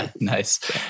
Nice